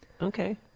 Okay